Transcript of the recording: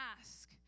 ask